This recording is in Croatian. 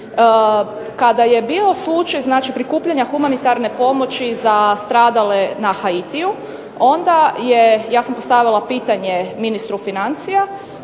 Kada je bio slučaj znači prikupljanja humanitarne pomoći za stradale na Haitiju onda je, ja sam stavila pitanje ministru financija